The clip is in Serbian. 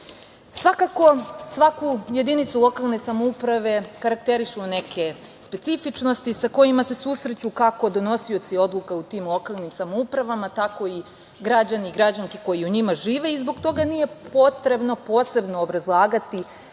svaku jedinicu lokalne samouprave karakterišu neke specifičnosti sa kojima se susreću kako donosioci odluka u tim lokalnim samoupravama, tako i građani i građanke koji u njima žive, i zbog toga nije potrebno posebno obrazlagati